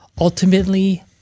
ultimately